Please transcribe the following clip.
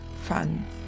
fun